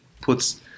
puts